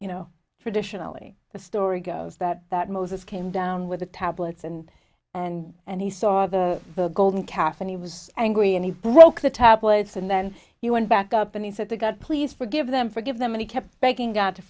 you know traditionally the story goes that that moses came down with the tablets and and and he saw the golden calf and he was angry and he broke the tablets and then you went back up and he said to god please forgive them for give them any kept begging god to